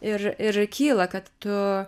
ir ir kyla kad tu